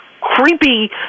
creepy